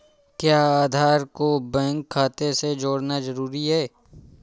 क्या आधार को बैंक खाते से जोड़ना जरूरी है?